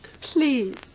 Please